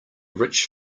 rich